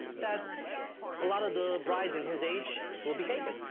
that a lot of the brides in his age will be taken.